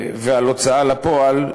ועל הוצאה לפועל,